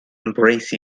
embrace